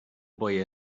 boy